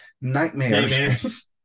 nightmares